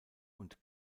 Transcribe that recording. und